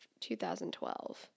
2012